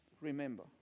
remember